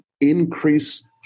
increase